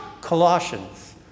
Colossians